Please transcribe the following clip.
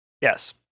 Yes